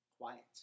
quiet